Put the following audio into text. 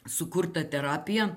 sukurtą terapiją